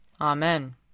Amen